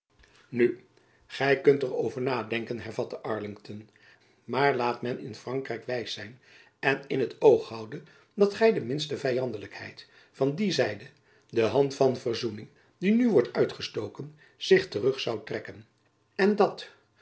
nu gy kunt er over nadenken hervatte arlington maar laat men in frankrijk wijs zijn en in t oog houden dat by de minste vyandelijkheid van die zijde de hand van verzoening die nu wordt uitgestoken zich terug zoû trekken en dat